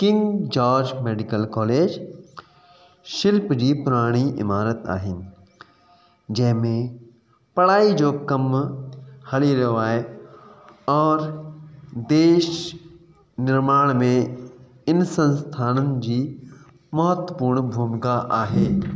king जॉश medical college शिल्प जी प्राणी इमारत आहिनि जंहिंमें पढ़ाई जो कम हली रहियो आहे और देश निर्माण में इन संस्थान जी महत्वपूर्ण भूमिका आहे